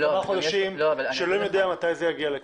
כמה חודשים ואלוהים יודע מתי זה יגיע לכאן.